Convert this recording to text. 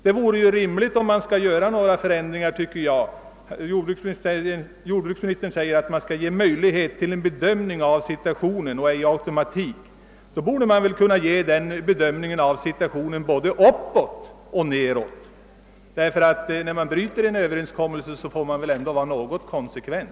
Jordbruksministern ansåg att möjligheter att göra en bedömning av situationen är att föredra framför automatik, men då borde man väl se till att man kan göra den bedömningen av situationen när det gäller att ändra avgifterna både uppåt och nedåt. När man bryter en »överenskommelse« får man väl ändå vara något konsekvent!